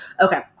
Okay